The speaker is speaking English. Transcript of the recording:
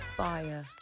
fire